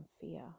fear